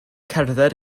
cerdded